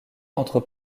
entre